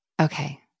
Okay